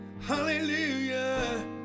Hallelujah